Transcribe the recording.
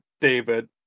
David